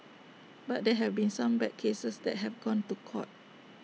but there have been some bad cases that have gone to court